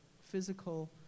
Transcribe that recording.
physical